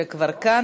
שנמצא כבר כאן.